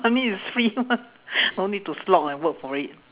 money is free mah no need to slog and work for it